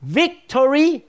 victory